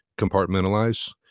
compartmentalize